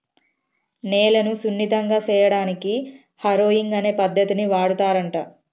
నేలను సున్నితంగా సేయడానికి హారొయింగ్ అనే పద్దతిని వాడుతారంట